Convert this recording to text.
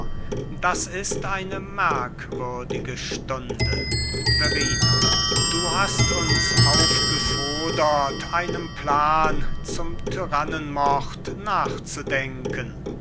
das ist eine merkwürdige stunde verrina du hast uns aufgefodert einem plan zum tyrannenmord nachzudenken